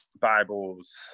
bibles